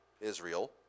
Israel